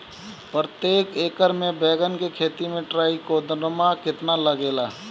प्रतेक एकर मे बैगन के खेती मे ट्राईकोद्रमा कितना लागेला?